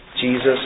Jesus